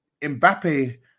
Mbappe